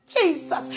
Jesus